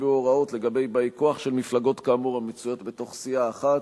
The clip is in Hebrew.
נקבעו הוראות לגבי באי-כוח של מפלגות כאמור המצויות בתוך סיעה אחת,